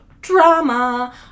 Drama